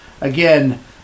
Again